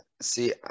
See